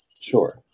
Sure